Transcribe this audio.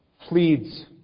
pleads